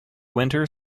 winter